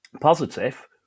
positive